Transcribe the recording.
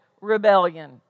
Rebellion